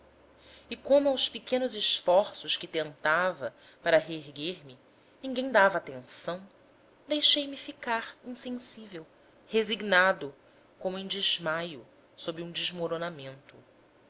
e como aos pequenos esforços que tentava para me reerguer ninguém dava atenção deixei-me ficar insensível resignado como em desmaio sob um desmoronamento